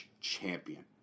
champion